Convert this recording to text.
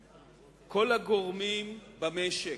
כאשר כל הגורמים במשק,